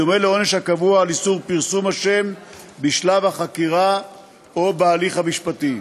בדומה לעונש הקבוע על איסור פרסום השם בשלב החקירה או בהליך המשפטי.